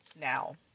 now